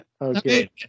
Okay